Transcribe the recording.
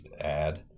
add